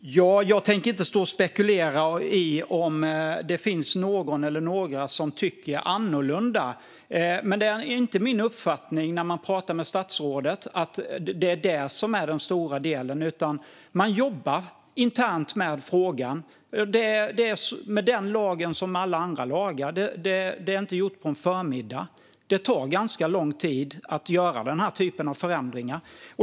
Herr talman! Jag tänker inte stå och spekulera i om det finns någon eller några som tycker annorlunda, men när jag pratar med statsrådet får jag inte uppfattningen att det är det som är den stora delen. Man jobbar internt med frågan, och det är med den lagen som med alla andra lagar - det är inte gjort på en förmiddag. Det tar ganska lång tid att göra denna typ av förändringar.